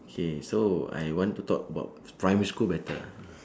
K so I want to talk about primary school matter